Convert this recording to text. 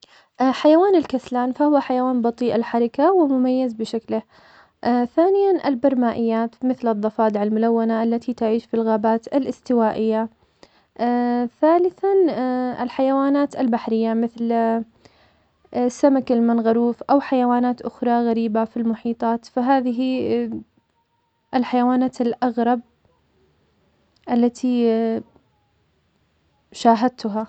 حيوان الكسلان, فهو حيوان بطيئ الحركة ومميز بشكله, ثانياً, البرمائيات, مثل الضفادع الملونة التي تعيش في الغابات الإستوائية, ثالثاً, الحيوانات البحرية, مثل سمك المنغروث أو حيوانات أخرى غريبة في المحيطات, فهذه الحيوانات الأغرب, التي شاهدتها.